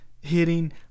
hitting